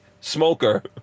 smoker